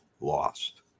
lost